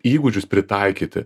įgūdžius pritaikyti